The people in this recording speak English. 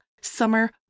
summer